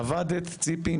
ציפי,